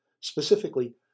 Specifically